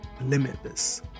limitless